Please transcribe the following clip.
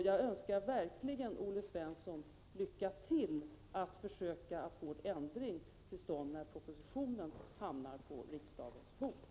Jag önskar verkligen Olle Svensson lycka till att försöka att få ändring till stånd när propositionen hamnar på riksdagens bord.